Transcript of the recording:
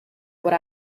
what